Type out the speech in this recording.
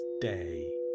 day